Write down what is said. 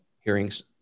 hearings